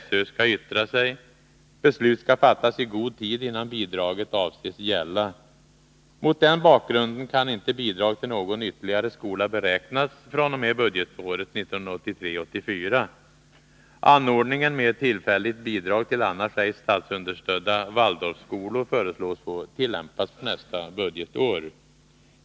SÖ skall yttra sig. Beslut skall fattas i god tid innan bidraget avses gälla. Mot den bakgrunden kan inte bidrag till någon ytterligare skola beräknas fr.o.m. budgetåret 1983/84. Anordningen med tillfälligt bidrag till annars ej statsunderstödda Waldorfskolor föreslås få tillämpas för nästa budgetår.